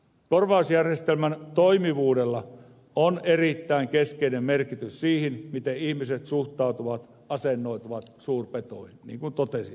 korvausjärjestelmän toimivuudella on erittäin keskeinen merkitys sille miten ihmiset suhtautuvat asennoituvat suurpetoihin niin kuin totesin äsken